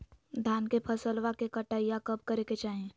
धान के फसलवा के कटाईया कब करे के चाही?